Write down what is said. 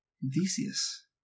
Theseus